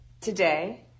Today